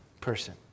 person